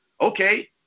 Okay